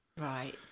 Right